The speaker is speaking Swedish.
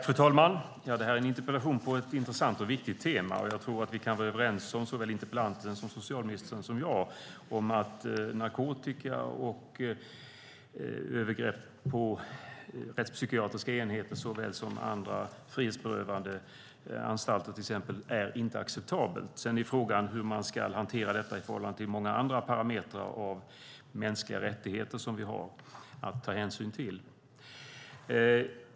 Fru talman! Det här är en interpellation på ett intressant och viktigt tema. Jag tror att såväl interpellanten som socialministern och jag kan vara överens om att narkotika och övergrepp på rättspsykiatriska enheter såväl som på andra frihetsberövande anstalter inte är acceptabelt. Sedan är frågan hur man ska hantera detta i förhållande till många andra parametrar när det gäller mänskliga rättigheter som vi har att ta hänsyn till. Fru talman!